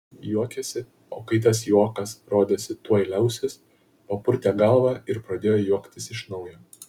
juokėsi o kai tas juokas rodėsi tuoj liausis papurtė galvą ir pradėjo juoktis iš naujo